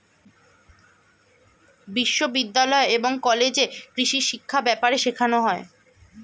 বিশ্ববিদ্যালয় এবং কলেজে কৃষিশিক্ষা ব্যাপারে শেখানো হয়